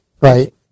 right